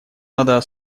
надо